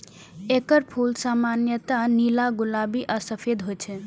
एकर फूल सामान्यतः नीला, गुलाबी आ सफेद होइ छै